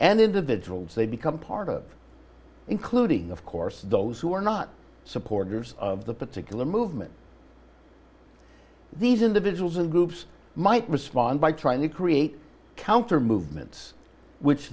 and individuals they become part of including of course those who are not supporters of the particular movement these individuals and groups might respond by trying to create counter movements which